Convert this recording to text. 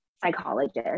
psychologist